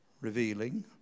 revealing